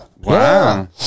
Wow